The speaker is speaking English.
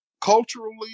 Culturally